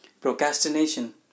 Procrastination